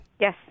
Yes